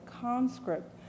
conscript